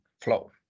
flow